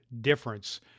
difference